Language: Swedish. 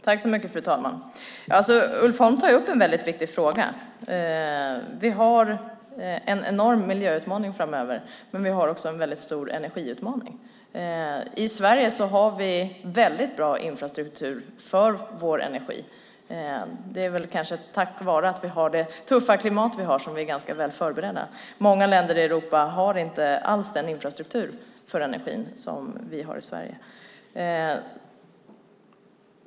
Fru talman! Ulf Holm tar upp en viktig fråga. Vi har en enorm miljöutmaning framöver, och vi har också en stor energiutmaning. I Sverige har vi bra infrastruktur för vår energi. Det är väl tack vare vårt tuffa klimat som vi är väl förberedda. Många länder i Europa har inte alls den infrastruktur för energin som vi har i Sverige.